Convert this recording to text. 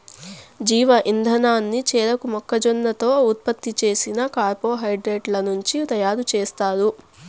జీవ ఇంధనాన్ని చెరకు, మొక్కజొన్నతో ఉత్పత్తి చేసిన కార్బోహైడ్రేట్ల నుంచి తయారుచేస్తారు